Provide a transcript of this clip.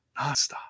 Nonstop